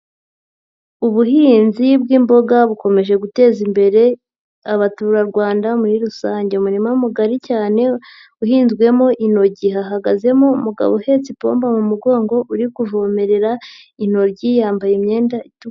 Ubuhinzi bw'imboga bukomeje guteza imbere abaturarwanda muri rusange, umurima mugari cyane uhinzwemo intoryi hahagazemo umugabo uhetse ipombo mu mugongo uri kuvomerera intoryi yambaye imyenda itukura.